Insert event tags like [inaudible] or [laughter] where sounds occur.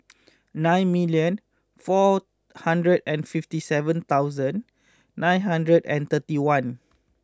[noise] nine million four hundred and fifty seven thouasnd nine hundred and thirty one